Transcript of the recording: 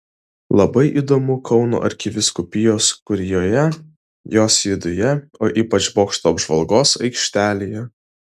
labai įdomu kauno arkivyskupijos kurijoje jos viduje o ypač bokšto apžvalgos aikštelėje